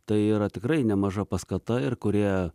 tai yra tikrai nemaža paskata ir kurie